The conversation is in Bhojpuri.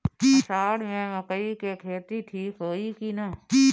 अषाढ़ मे मकई के खेती ठीक होई कि ना?